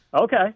Okay